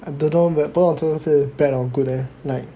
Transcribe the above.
I don't know whet~ what is bad or good leh like